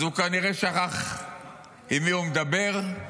כנראה שכח עם מי הוא מדבר,